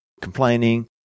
complaining